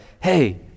hey